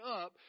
up